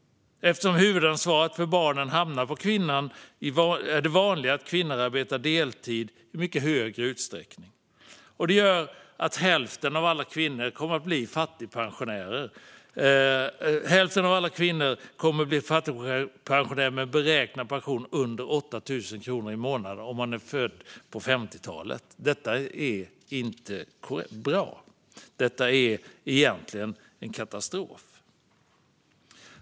Eftersom huvudansvaret för barnen hamnar på kvinnan arbetar kvinnor deltid i mycket större utsträckning. Det gör att hälften av alla kvinnor födda på 50talet kommer att bli fattigpensionärer med en beräknad pension under 8 000 kronor i månaden. Detta är inte bra. Det är egentligen en katastrof.